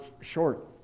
short